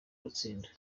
gutsinda